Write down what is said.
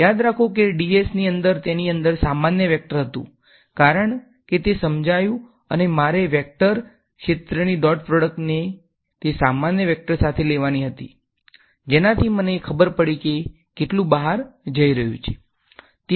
યાદ રાખો કે ds ની અંદર તેની અંદર સામાન્ય વેક્ટર હતું કારણ કે તે સમજાયું અને મારે વેક્ટર ક્ષેત્રની ડોટ પ્રોડક્ટને તે સામાન્ય વેક્ટર સાથે લેવાની હતી જેનાથી મને ખબર પડી કે કેટલું બહાર જઈ રહ્યું છે